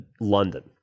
London